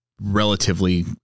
relatively